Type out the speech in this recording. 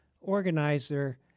organizer